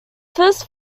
first